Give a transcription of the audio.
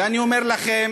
ואני אומר לכם,